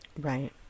Right